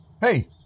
Hey